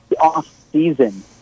off-season